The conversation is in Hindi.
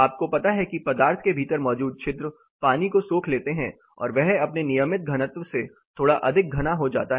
आपको पता है कि पदार्थ के भीतर मौजूद छिद्र पानी को सोख लेते हैं और वह अपने नियमित घनत्व से थोड़ा अधिक घना हो जाता हैं